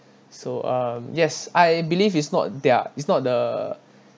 so um yes I believe is not their is not the